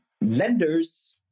lenders